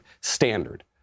standard